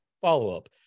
follow-up